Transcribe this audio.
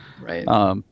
Right